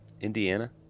Indiana